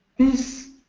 this